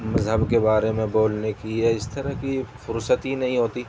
مذہب کے بارے میں بولنے کی یا اس طرح کی فرصت ہی نہیں ہوتی